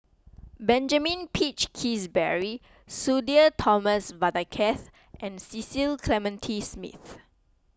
Benjamin Peach Keasberry Sudhir Thomas Vadaketh and Cecil Clementi Smith